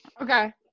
Okay